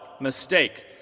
mistake